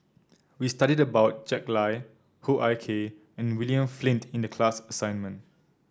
we studied about Jack Lai Hoo Ah Kay and William Flint in the class assignment